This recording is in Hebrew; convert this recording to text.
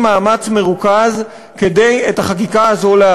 מאמץ מרוכז כדי להעביר את החקיקה הזאת.